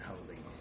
housing